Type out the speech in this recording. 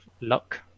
luck